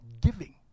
giving